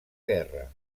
guerra